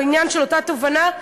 לעניין אותה תובענה,